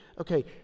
okay